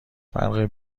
فرق